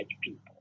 people